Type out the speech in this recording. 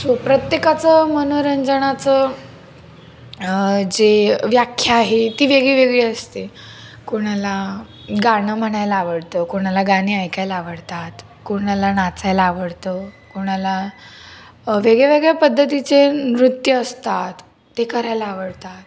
so प्रत्येकाचं मनोरंजनाचं जे व्याख्या आहे ती वेगळीवेगळी असते कोणाला गाणं म्हणायला आवडतं कोणाला गाणे ऐकायला आवडतात कोणाला नाचायला आवडतं कोणाला वेगळ्यावेगळ्या पद्धतीचे नृत्यं असतात ते करायला आवडतात